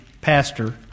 pastor